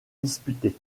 disputé